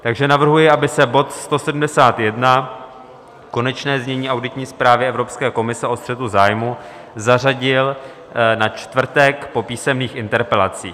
Takže navrhuji, aby se bod 171, Konečné znění auditní zprávy Evropské komise o střetu zájmů, zařadil na čtvrtek po písemných interpelacích.